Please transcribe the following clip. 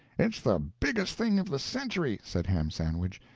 it's the biggest thing of the century, said ham sandwich.